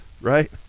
right